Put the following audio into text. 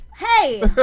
Hey